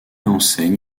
enseigne